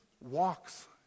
walks